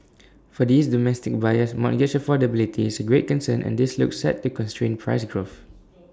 for these domestic buyers mortgage affordability is A greater concern and this looks set to constrain price growth